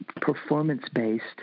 performance-based